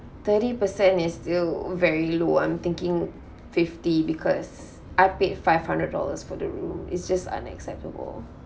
thirty percent is still very low I'm thinking fifty because I paid five hundred dollars for the room is just unacceptable